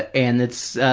and it's,